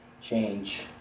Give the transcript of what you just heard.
change